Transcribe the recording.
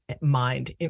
mind